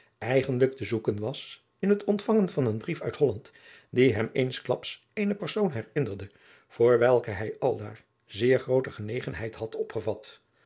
lijk te zoeken was in het ontvangen van een brief uit holland die hem eensklaps eene persoon herinnerde voor welke hij aldaar zeer groote genegenheid had opgevat